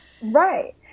right